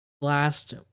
last